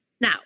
Now